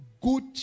Good